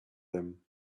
them